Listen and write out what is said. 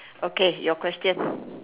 okay your question